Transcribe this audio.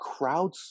crowdsourced